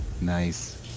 Nice